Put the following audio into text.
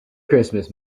christmas